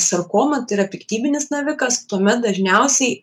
sarkoma tai yra piktybinis navikas tuomet dažniausiai